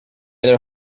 their